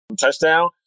touchdown